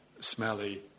smelly